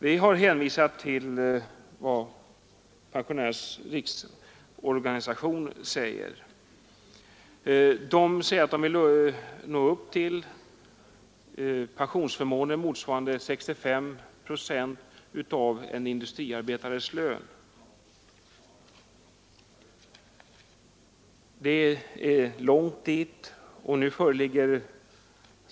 Vi har hänvisat till vad Pensionärernas riksorganisation säger, nämligen att man vill nå upp till pensionsförmåner motsvarande 65 procent av en industriarbetares lön. Det är långt dit.